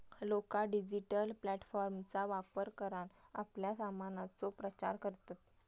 लोका डिजिटल प्लॅटफॉर्मचा वापर करान आपल्या सामानाचो प्रचार करतत